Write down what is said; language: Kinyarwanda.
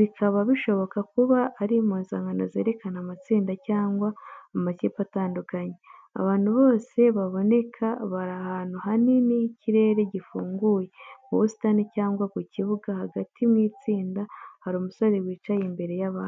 bikaba bishobora kuba ari impuzankano zerekana amatsinda cyangwa amakipe atandukanye. Abantu bose baboneka bari ahantu hanini h’ikirere gifunguye, mu busitani cyangwa ku kibuga. Hagati mu itsinda hari umusore wicaye imbere y’abandi.